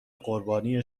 قربانی